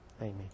Amen